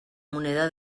moneda